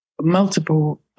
multiple